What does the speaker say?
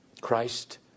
Christ